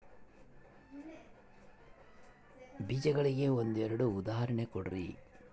ಬೇಜಗಳಿಗೆ ಒಂದೆರಡು ಉದಾಹರಣೆ ಕೊಡ್ರಿ?